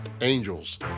angels